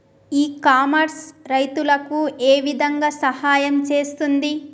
ఇ commerce రైతులకు ఏ విధంగా సహాయం చేస్తుంది?